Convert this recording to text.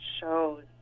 shows